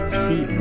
see